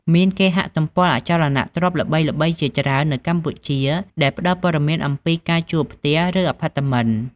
មានគេហទំព័រអចលនទ្រព្យល្បីៗជាច្រើននៅកម្ពុជាដែលផ្ដល់ព័ត៌មានអំពីការជួលផ្ទះ ឬអាផាតមិន។